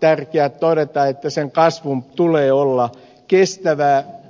tärkeä todeta että sen kasvun tulee olla kestävää